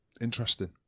Interesting